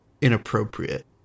inappropriate